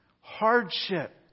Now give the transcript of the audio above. Hardship